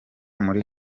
muri